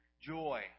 joy